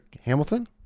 Hamilton